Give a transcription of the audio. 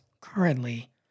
currently